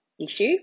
issue